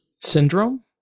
Syndrome